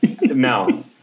no